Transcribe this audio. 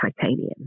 titanium